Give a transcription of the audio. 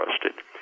trusted